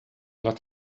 lot